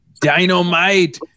Dynamite